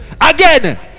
Again